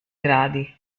gradi